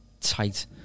tight